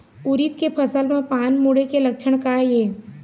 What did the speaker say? उरीद के फसल म पान मुड़े के लक्षण का ये?